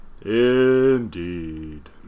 Indeed